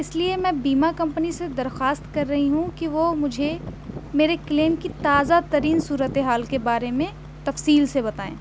اس لیے میں بیمہ کمپنی سے درخواست کر رہی ہوں کہ وہ مجھے میرے کلیم کی تازہ ترین صورت حال کے بارے میں تفصیل سے بتائیں